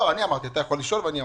אני אמרתי, אתה יכול לשאול ואני עונה.